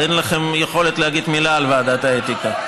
אין לכם יכולת להגיד מילה על ועדת האתיקה.